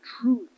truth